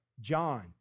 John